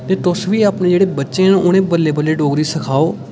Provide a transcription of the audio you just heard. ते तुस बी अपने जेह्ड़े बच्चे न उ'नेंगी बल्लें बल्लें डोगरी सखाओ